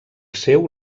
seu